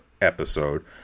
episode